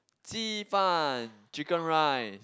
ji-fan chicken rice